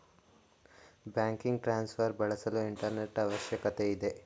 banking transfer ಬಳಸಲು internet ಅವಶ್ಯಕತೆ ಇದೆ